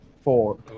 four